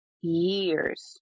years